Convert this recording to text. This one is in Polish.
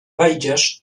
wejdziesz